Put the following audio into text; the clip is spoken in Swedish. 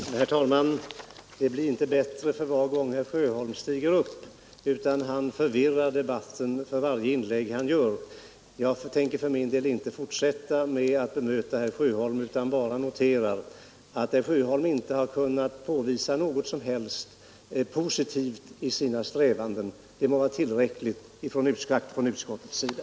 Herr talman! Det blir inte bättre för var gång herr Sjöholm stiger upp, utan han förvirrar debatten med varje inlägg han gör. Jag tänker för min del inte fortsätta att bemöta herr Sjöholm utan bara noterar att herr Sjöholm inte har kunnat påvisa något som helst positivt i sina strävanden. Det må vara tillräckligt från utskottets sida.